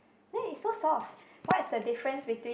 then it's so soft what is the difference between